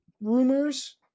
rumors